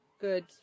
Good